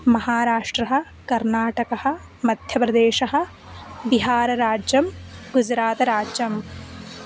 महाराष्ट्रः कर्नाटकः मध्यप्रदेशः बिहारराज्यं गुजरातराज्यम्